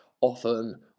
often